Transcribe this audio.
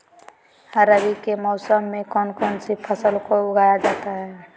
रवि के मौसम में कौन कौन सी फसल को उगाई जाता है?